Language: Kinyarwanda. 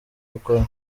gukora